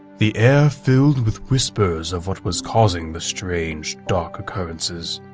the air filled with whispers of what was causing the strange, dark occurrences,